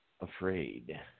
afraid